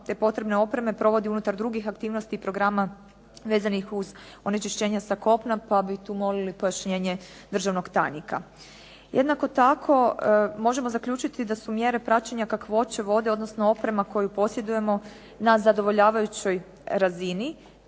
te potrebne opreme provodi unutar drugih aktivnosti i programa vezanih uz onečišćenje sa kopna pa bi tu molili pojašnjenje državnog tajnika. Jednako tako možemo zaključiti da su mjere praćenja kakvoće vode odnosno oprema koju posjedujemo na zadovoljavajućoj razini